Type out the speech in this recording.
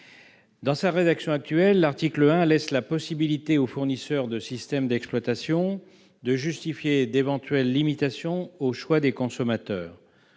Dans sa rédaction actuelle, l'article 1 laisse la possibilité aux fournisseurs de systèmes d'exploitation de justifier d'éventuelles limitations au choix des consommateurs.